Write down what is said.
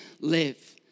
live